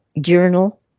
journal